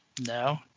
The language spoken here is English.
No